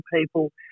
people